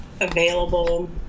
available